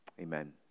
Amen